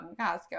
Costco